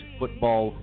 football